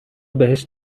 بهش